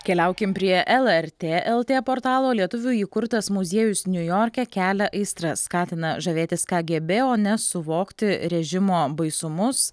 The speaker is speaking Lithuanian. keliaukim prie lrt lt portalo lietuvių įkurtas muziejus niujorke kelia aistras skatina žavėtis kgb o ne suvokti režimo baisumus